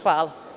Hvala.